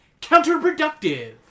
counterproductive